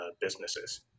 businesses